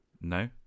no